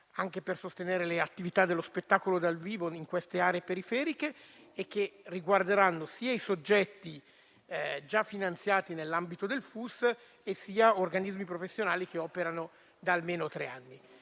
anche per sostenere le attività dello spettacolo dal vivo nelle aree periferiche e che riguarderanno sia i soggetti già finanziati nell'ambito del Fondo unico per lo spettacolo (FUS) sia gli organismi professionali che operano da almeno tre anni.